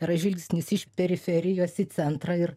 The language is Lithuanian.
yra žvilgsnis iš periferijos į centrą ir